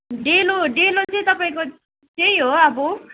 डेलो डेलो चाहिँ तपाईँको त्यहीँ हो अब